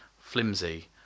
flimsy